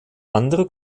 andere